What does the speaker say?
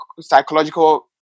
psychological